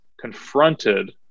confronted